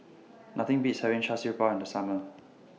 Nothing Beats having Char Siew Bao in The Summer